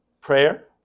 prayer